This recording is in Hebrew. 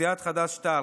סיעת חד"ש-תע"ל,